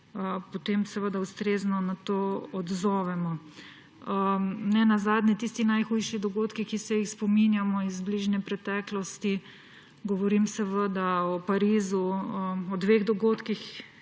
potem ustrezno na to odzovemo. Nenazadnje tisti najhujši dogodki, ki se jih spominjamo iz bližnje preteklosti, govorim seveda o Parizu, o dveh dogodkih,